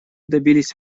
добились